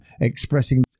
expressing